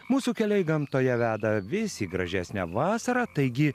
mūsų keliai gamtoje veda vis į gražesnę vasarą taigi